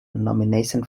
nomination